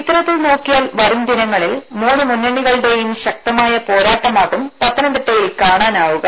ഇത്തരത്തിൽ നോക്കിയാൽ വരും ദിനങ്ങളിൽ മൂന്ന് മുന്നണികളുടേയും ശക്തമായ പോരാട്ടമാകും പത്തനംതിട്ടയിൽ കാണാനാകുക